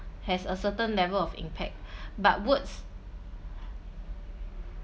has a certain level of impact but words